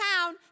town